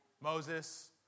Moses